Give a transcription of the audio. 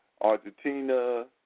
Argentina